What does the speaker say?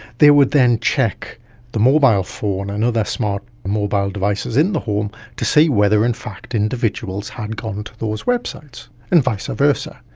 they would then check the mobile phone and other smart mobile devices in the home to see whether in fact individuals had gone to those websites, and vice versa.